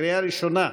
בקריאה ראשונה,